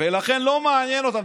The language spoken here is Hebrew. ולכן, לא מעניין אותם.